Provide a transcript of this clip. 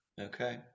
Okay